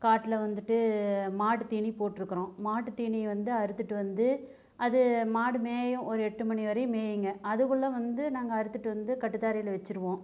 காட்டில் வந்துட்டு மாட்டுத்தீனி போட்டிருக்குறோம் மாட்டுத்தீனி வந்து அறுத்துட்டு வந்து அது மாடு மேயும் ஒரு எட்டு மணி வரையும் மேயுங்க அதுக்குள்ளே வந்து நாங்கள் அறுத்துட்டு வந்து கட்டுத்தரையில் வச்சிருவோம்